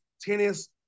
tennis